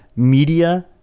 media